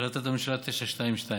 החלטת הממשלה מס' 922,